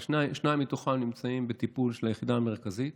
שניים מתוכם נמצאים בטיפול של היחידה המרכזית